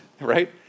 right